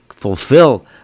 fulfill